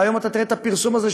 והיום אתה תראה את הפרסום הזה,